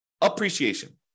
appreciation